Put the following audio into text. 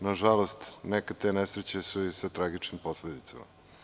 Nažalost, nekad su te nesreće i sa tragičnim posledicama.